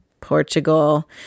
Portugal